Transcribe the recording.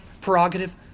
prerogative